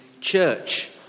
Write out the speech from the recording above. church